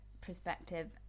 perspective